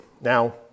Now